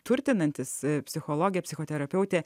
turtinantis psichologė psichoterapeutė